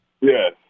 Yes